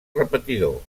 repetidor